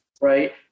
Right